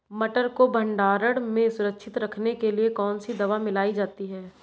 मटर को भंडारण में सुरक्षित रखने के लिए कौन सी दवा मिलाई जाती है?